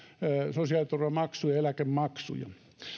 sosiaaliturvamaksuja ja eläkemaksuja